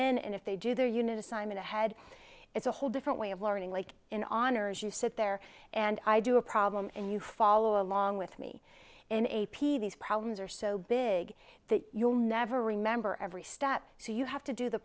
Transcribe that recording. in and if they do their unit assignment ahead it's a whole different way of learning like in honors you sit there and i do a problem and you follow along with me in a p these problems are so big that you'll never remember every step so you have to do the